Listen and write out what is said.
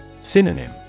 Synonym